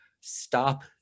stop